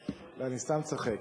לא, אני סתם צוחק.